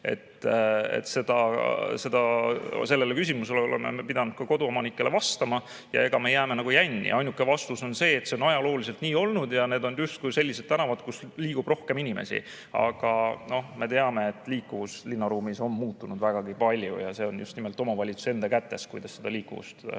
Sellele küsimusele oleme me pidanud ka koduomanikele vastama ja me jääme jänni. Ainuke vastus on see, et see on ajalooliselt nii olnud ja need on justkui sellised tänavad, kus liigub rohkem inimesi. Aga me teame, et liikumine linnaruumis on muutunud vägagi palju ja see on just nimelt omavalitsuse enda kätes, kuidas [olukorda]